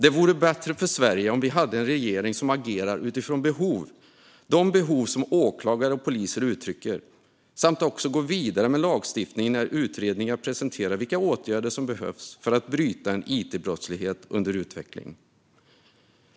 Det vore bättre för Sverige om vi hade en regering som agerar utifrån de behov åklagare och poliser uttrycker samt också går vidare med lagstiftning när utredningar presenterar vilka åtgärder som behövs för att bryta en it-brottslighet under utveckling.